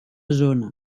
zona